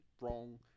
wrong